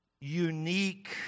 unique